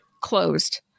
closed